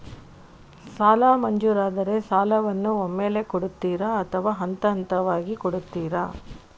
ಸಾಲ ಮಂಜೂರಾದರೆ ಸಾಲವನ್ನು ಒಮ್ಮೆಲೇ ಕೊಡುತ್ತೀರಾ ಅಥವಾ ಹಂತಹಂತವಾಗಿ ಕೊಡುತ್ತೀರಾ?